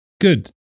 good